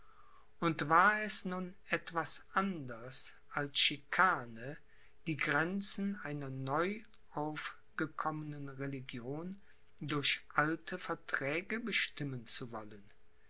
und war es nun etwas anders als chikane die grenzen einer neu aufgekommenen religion durch alte verträge bestimmen zu wollen